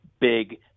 big